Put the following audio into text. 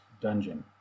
dungeon